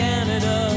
Canada